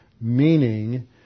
meaning